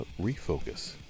refocus